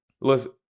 listen